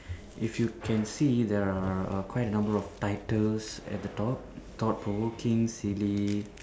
if you can see there are err there are quite a number of titles at the top thought provoking silly